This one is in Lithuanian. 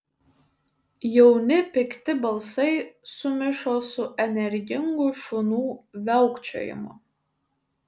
jauni pikti balsai sumišo su energingu šunų viaukčiojimu